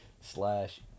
slash